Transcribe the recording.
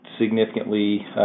significantly